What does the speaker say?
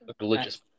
religious